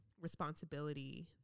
responsibility